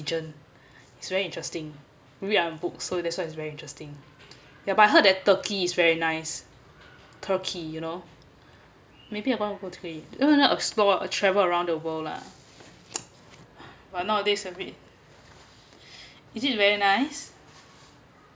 it's very interesting read up a book so that's why is very interesting but I heard that turkey is very nice turkey you know maybe want to go explore uh travel around the world lah but nowadays a bit is it very nice